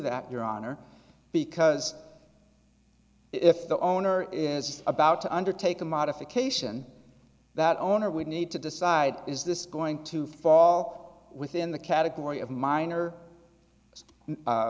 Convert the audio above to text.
that your honor because if the owner is about to undertake a modification that owner would need to decide is this going to fall within the category of minor